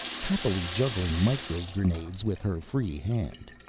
happily juggling micro-grenades with her free hand.